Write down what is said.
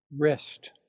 rest